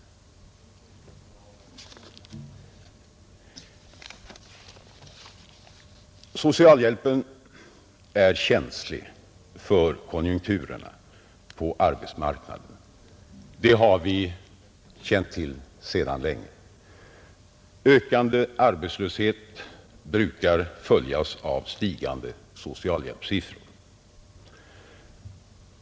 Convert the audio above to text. Socialhjälpen är känslig för konjunkturerna på arbetsmarknaden; det har vi känt till sedan länge. Ökande arbetslöshet brukar följas av stigande socialhjälpssiffror.